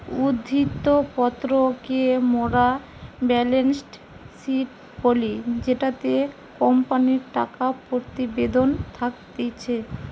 উদ্ধৃত্ত পত্র কে মোরা বেলেন্স শিট বলি জেটোতে কোম্পানির টাকা প্রতিবেদন থাকতিছে